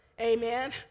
amen